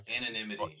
anonymity